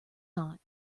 not